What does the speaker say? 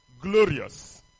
Glorious